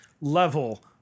level